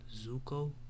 Zuko